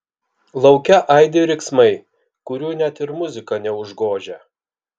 lauke aidi riksmai kurių net ir muzika neužgožia